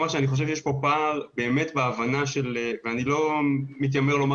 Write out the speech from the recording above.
אני חושב שיש פער בהבנה ואני לא מתיימר לומר